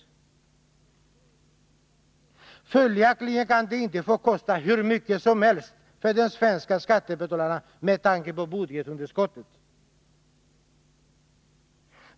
Följaktligen kan de inte få kosta ”hur mycket som helst” för de svenska skattebetalarna med tanke på budgetunderskottet.